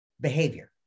behavior